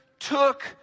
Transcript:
took